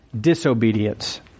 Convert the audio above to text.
disobedience